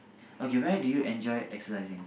okay where do you enjoy exercising